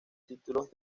títulos